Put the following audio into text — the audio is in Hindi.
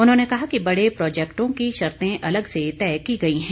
उन्होंने कहा कि बड़े प्रोजेक्टों की शर्ते अलग से तय की गई हैं